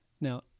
Now